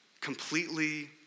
completely